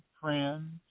friends